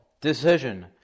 decision